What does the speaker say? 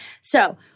So-